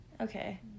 okay